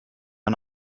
ein